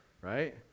Right